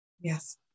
yes